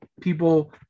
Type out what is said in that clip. people